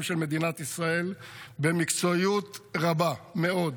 של מדינת ישראל במקצועיות רבה מאוד.